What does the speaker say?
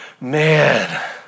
man